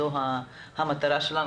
זו המטרה שלנו,